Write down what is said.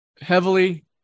heavily